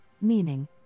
meaning